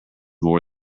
more